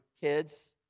kids